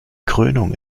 krönung